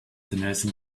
nelson